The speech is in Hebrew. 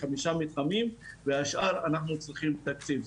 חמישה מתחמים ולשאר אנחנו צריכים תקציב.